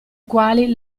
quali